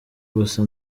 gusa